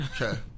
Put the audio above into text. Okay